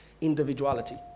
individuality